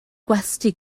gwesty